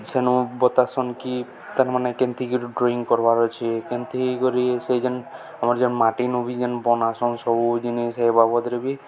ସେନୁ ବତାସନ୍ କି ତନ ମାନେ କେନ୍ତିକ ଡ୍ରଇଂ କରବାର୍ ଅଛି କେନ୍ତି କରି ସେ ଯେନ୍ ଆମର ଯେନ୍ ମାଟିନୁ ବି ଯେନ୍ ବନାସନ୍ ସବୁ ଜିନିଷ ସେ ବାବଦରେ ବି